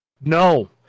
No